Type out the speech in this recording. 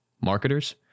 marketers